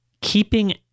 Keeping